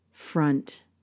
front